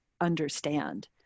understand